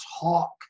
talk